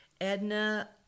Edna